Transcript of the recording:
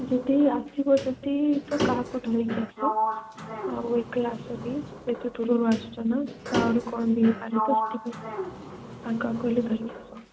ଯଦି ଆସିବ ଯଦି ତ କାହାକୁ ଧରିକି ଆସ ଆଉ ଏକଲା ଆସନି ଏତେଦୂରରୁ ଆସୁଛନା ତ ଆହୁରି କ'ଣ ବି ହେଇପାରେ ତ ସେଥିପାଇଁ ଆଉ କାହାକୁ ହେଲେ ଧରିକି ଆସ